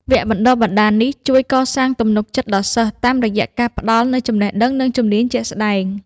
វគ្គបណ្តុះបណ្តាលនេះជួយកសាងទំនុកចិត្តដល់សិស្ស តាមរយៈការផ្ដល់នូវចំណេះដឹង និងជំនាញជាក់ស្តែង។